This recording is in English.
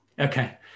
Okay